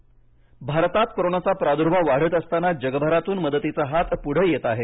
परदेश भारतात कोरोनाचा प्रादु्भाव वाढत असताना जगभरातून मदतीचा हात पुढे येत आहे